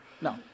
No